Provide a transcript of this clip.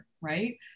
right